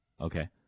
okay